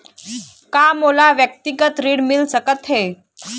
का मोला व्यक्तिगत ऋण मिल सकत हे?